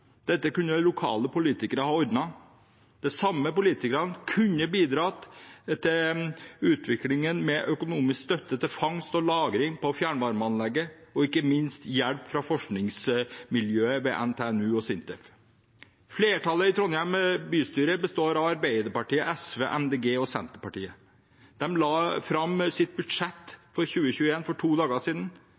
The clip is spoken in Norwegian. Dette kunne lokale politikere ha ordnet. De samme politikerne kunne ha bidratt til utviklingen med økonomisk støtte til fangst og lagring på fjernvarmeanlegget, ikke minst hjelp fra forskningsmiljøet ved NTNU og SINTEF. Flertallet i Trondheim bystyre består av Arbeiderpartiet, SV, MDG og Senterpartiet. De la fram sitt budsjett for 2021 for to dager siden.